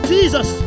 Jesus